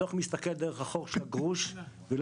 הדו"ח מסתכל דרך החור של הגרוש ולא